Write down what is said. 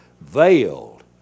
veiled